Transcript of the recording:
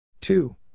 two